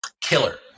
Killer